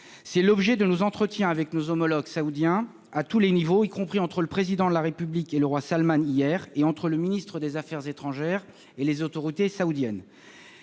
C'est l'objet de nos entretiens avec nos homologues saoudiens à tous les niveaux, y compris entre le Président de la République et le roi Salmane, hier, et entre le ministre des affaires étrangères et les autorités saoudiennes.